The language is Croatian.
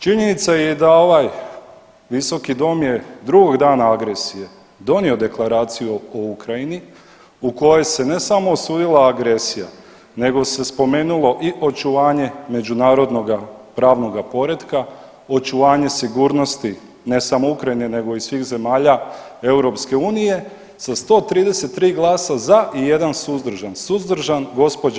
Činjenica je da ovaj visoki dom je drugog dana agresije donio Deklaraciju o Ukrajini u kojoj se ne samo osudila agresija nego se spomenulo i očuvanje međunarodnoga pravnog poretka, očuvanje sigurnosti ne samo Ukrajine nego i svih zemalja EU sa 133 glasa za i jedan suzdržan, suzdržan gđo.